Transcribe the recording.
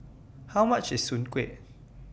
How much IS Soon Kueh